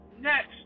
next